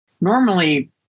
Normally